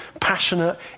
passionate